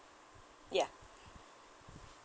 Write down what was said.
ya